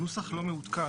הנוסח לא מעודכן.